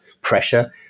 pressure